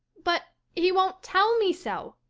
but he won't tell me so.